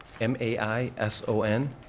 M-A-I-S-O-N